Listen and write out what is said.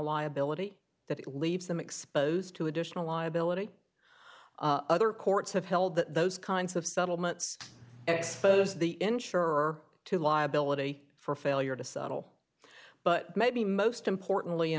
liability that it leaves them exposed to additional liability other courts have held that those kinds of settlements expose the insurer to liability for failure to settle but maybe most importantly